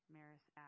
Maris